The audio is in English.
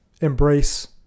embrace